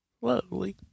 Lovely